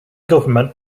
government